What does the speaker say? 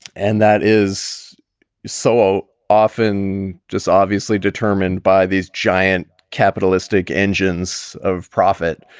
and that is so often just obviously determined by these giant capitalistic engines of profit.